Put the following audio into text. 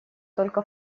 только